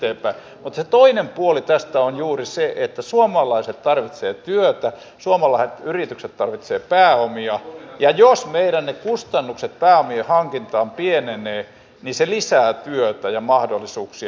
mutta se toinen puoli tästä on juuri se että suomalaiset tarvitsevat työtä suomalaiset yritykset tarvitsevat pääomia ja jos ne meidän kustannukset pääomien hankinnasta pienenevät niin se lisää työtä ja mahdollisuuksia